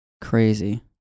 Crazy